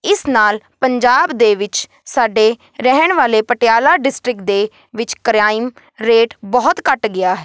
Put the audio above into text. ਇਸ ਨਾਲ ਪੰਜਾਬ ਦੇ ਵਿੱਚ ਸਾਡੇ ਰਹਿਣ ਵਾਲੇ ਪਟਿਆਲਾ ਡਿਸਟ੍ਰਿਕ ਦੇ ਵਿੱਚ ਕਰਾਈਮ ਰੇਟ ਬਹੁਤ ਘੱਟ ਗਿਆ ਹੈ